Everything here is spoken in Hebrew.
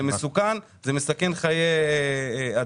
זה מסוכן, זה מסכן חיי אדם.